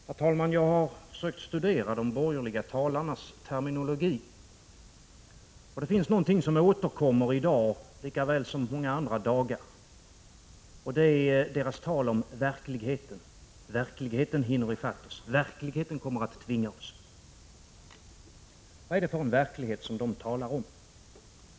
Herr talman! Jag har försökt att studera de borgerliga talarnas terminologi. Det finns någonting som återkommer i dag lika väl som många andra dagar: talet om verkligheten. Verkligheten hinner i fatt oss, verkligheten kommer att tvinga oss. Vad är det för verklighet som de talar om?